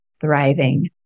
thriving